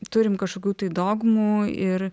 turim kažkokių tai dogmų ir